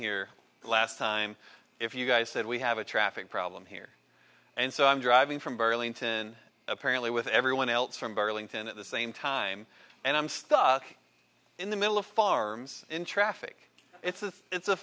here last time if you guys said we have a traffic problem here and so i'm driving from burlington apparently with everyone else from burlington at the same time and i'm stuck in the middle of farms in traffic it's